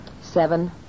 Seven